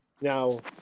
Now